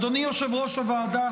אדוני יושב-ראש הוועדה,